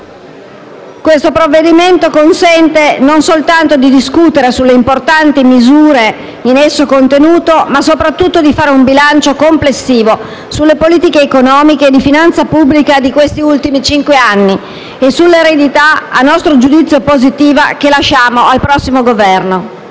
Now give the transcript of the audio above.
nostro esame consente ora non soltanto di discutere sulle importanti misure in esso contenute, ma soprattutto di fare un bilancio complessivo sulle politiche economiche e di finanza pubblica degli ultimi cinque anni e sull'eredità - a nostro giudizio positiva - che lasciamo al prossimo Governo.